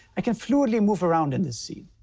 i can fluidly move around in this scene.